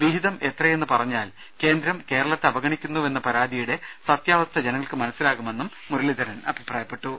വിഹിതം എത്രയെന്ന് പറഞ്ഞാൽ കേന്ദ്രം കേരളത്തെ അവഗണിക്കുന്നുവെന്ന പരാതിയുടെ സത്യാവസ്ഥ ജനങ്ങൾക്ക് മനസ്സിലാകുമെന്നും അദ്ദേഹം അഭിപ്രായപ്പെട്ടു